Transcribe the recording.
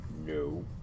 No